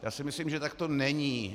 Já si myslím, že tak to není.